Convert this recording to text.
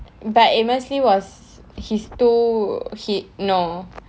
but amos yee was he's too he no